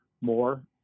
more